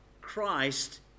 Christ